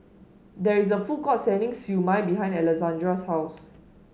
there is a food court selling Siew Mai behind Alessandra's house